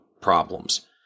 problems